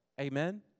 Amen